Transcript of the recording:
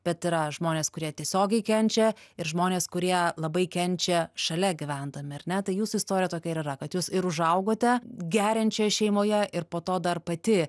bet yra žmonės kurie tiesiogiai kenčia ir žmonės kurie labai kenčia šalia gyvendami ar ne tai jūsų istorija tokia ir yra kad jūs ir užaugote geriančioj šeimoje ir po to dar pati